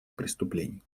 преступлений